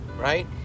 right